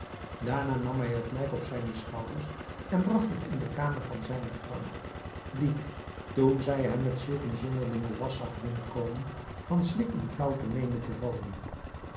daarna nam hij het lijk op zijne schouders en bragt het in de kamer van zijne vrouw die toen zij hem met zulk een zonderlingen last zag binnenkomen van schrik in flaauwte meende te vallen